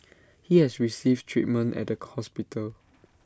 he has received treatment at the hospital